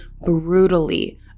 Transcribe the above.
brutally